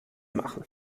machen